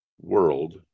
world